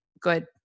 good